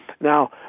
Now